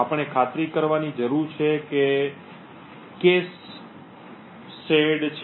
આપણે ખાતરી કરવાની જરૂર છે કે કૅશ વહેંચાયેલ છે